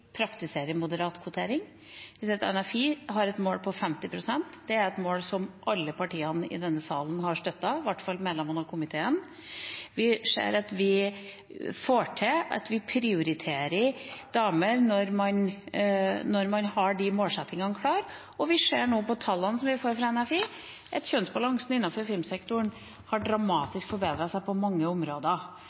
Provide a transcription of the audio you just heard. praktiserer moderat kvotering. Vi vet at NFI har et mål om 50 pst. Det er et mål som alle partiene i denne salen har støttet, i hvert fall medlemmene av komiteen. Vi ser at vi får til å prioritere damer når man har de målsettingene klare. Og vi ser nå på tallene som vi får fra NFI, at kjønnsbalansen innenfor filmsektoren har forbedret seg dramatisk på mange områder,